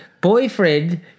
boyfriend